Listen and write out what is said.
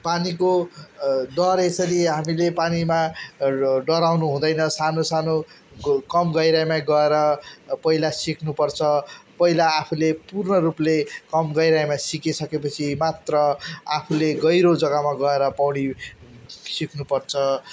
पानीको डर यसरी हामीले पानीमा ड डराउनु हुँदैन सानो सानोको कम गहिराइमा गएर पहिला सिक्नुपर्छ पहिला आफूले पूर्ण रूपले कम गहिराइमा सिकिसकेपछि मात्र आफूले गहिरो जग्गामा गएर पौडी सिक्नुपर्छ